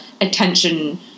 attention